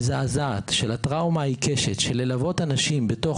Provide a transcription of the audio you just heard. המזעזעת של הטראומה העיקשת ללוות אנשים בתוך